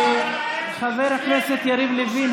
חבר הכנסת יריב לוין,